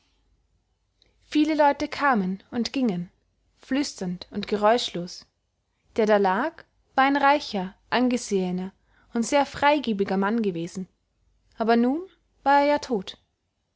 viele leute kamen und gingen flüsternd und geräuschlos der da lag war ein reicher angesehener und sehr freigebiger mann gewesen aber nun war er ja tot